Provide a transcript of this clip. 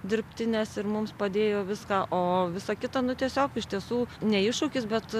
dirbtines ir mums padėjo viską o visa kita nu tiesiog iš tiesų ne iššūkis bet